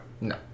No